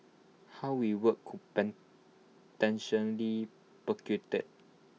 how we work could potentially